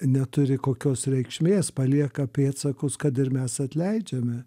neturi kokios reikšmės palieka pėdsakus kad ir mes atleidžiame